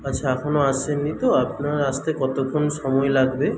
আচ্ছা এখনও আসেননি তো আপনার আসতে কতক্ষণ সময় লাগবে